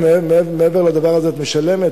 מעבר לדבר הזה את משלמת.